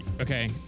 Okay